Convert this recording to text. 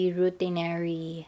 routinary